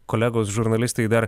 kolegos žurnalistai dar